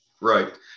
right